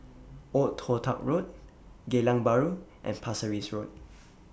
Old Toh Tuck Road Geylang Bahru and Pasir Ris Road